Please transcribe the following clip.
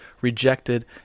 rejected